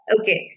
Okay